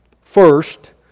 First